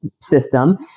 system